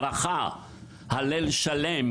הלל שלם,